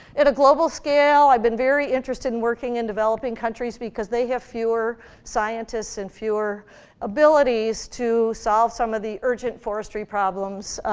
at a global scale, i've been very interested in working in developing countries because they have fewer scientists and fewer abilities to solve some of the urgent forestry problems.